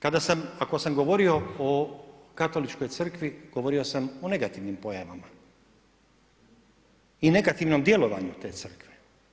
Kada sam, ako sam govorio o Katoličkoj crkvi, govorio sam u negativnim pojavama i negativnom djelovanju te crkve.